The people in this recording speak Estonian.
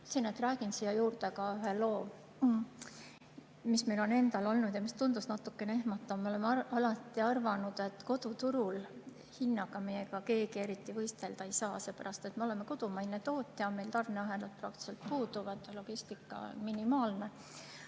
Räägin siia juurde ka ühe loo, mis meie endaga on olnud ja mis tundus natukene ehmatav. Me oleme alati arvanud, et koduturul hinnaga meiega keegi eriti võistelda ei saa, seepärast et me oleme kodumaine tootja, meil tarneahelad praktiliselt puuduvad ja logistika on minimaalne.